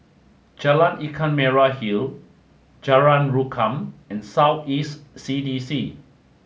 Jalan Ikan Merah Hill Jalan Rukam and South East C D C